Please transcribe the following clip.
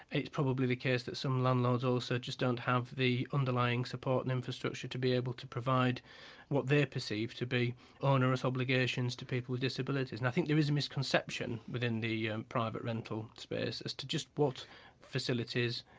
it's probably the case that some landlords also just don't have the underlying support and infrastructure to be able to provide what they perceive to be onerous obligations to people with disabilities. and i think there is a misconception within the yeah private rental space as to just what facilities,